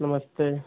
नमस्ते